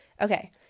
Okay